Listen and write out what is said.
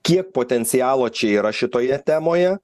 kiek potencialo čia yra šitoje temoje